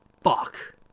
fuck